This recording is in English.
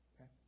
Okay